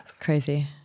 Crazy